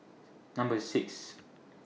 Number six